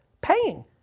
paying